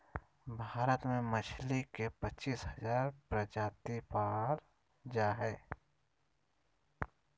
भारत में मछली के पच्चीस हजार प्रजाति पाल जा हइ